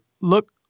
look